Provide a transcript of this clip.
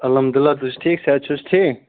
اَلحمدُلِلّہ تُہۍ چھُو ٹھیٖک صحت چھُو حظ ٹھیٖک